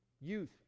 youth